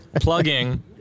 plugging